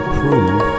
prove